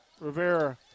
Rivera